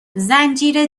زنجیره